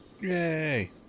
Yay